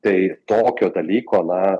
tai tokio dalyko na